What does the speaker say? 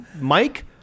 Mike